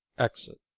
exit.